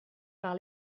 par